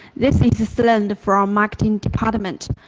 this is slend from marketing department.